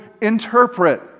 interpret